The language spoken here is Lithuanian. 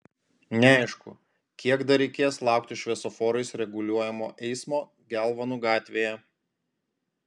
neaišku kiek dar reikės laukti šviesoforais reguliuojamo eismo gelvonų gatvėje